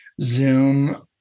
Zoom